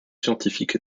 scientifiques